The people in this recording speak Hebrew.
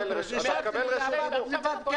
לא רציתי להוביל את זה למחוזות האלה.